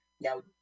now